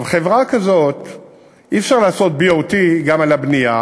בחברה כזאת אי-אפשר לעשות BOT גם על הבנייה,